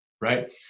right